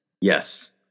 Yes